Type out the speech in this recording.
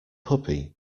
puppy